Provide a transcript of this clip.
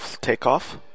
takeoff